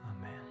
Amen